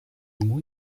mot